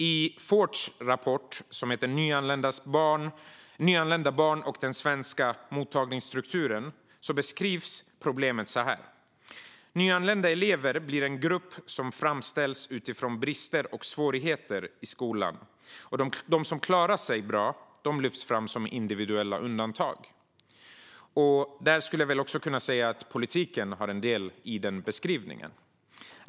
I Fortes rapport, Nyanlända barn och den svenska mottagningsstrukturen , beskrivs problemet så här: Nyanlända elever blir en grupp som framställs utifrån brister och svårigheter i skolan, och de som klarar sig bra lyfts fram som individuella undantag. Där skulle jag kunna säga att politiken har en del i den beskrivningen.